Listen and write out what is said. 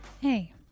Hey